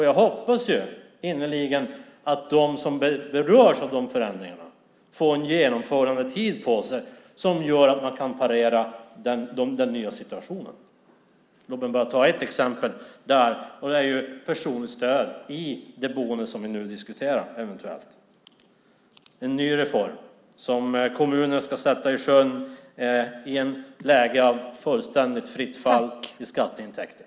Jag hoppas innerligen att de som berörs av dessa förändringar får en genomförandetid på sig som gör att man kan hantera den nya situationen. Låt mig bara ta ett exempel: personstöd i det boende som vi nu diskuterar. Det är en ny reform som kommunerna ska sätta i sjön i ett läge av fullständigt fritt fall när det gäller skatteintäkter.